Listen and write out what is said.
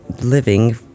living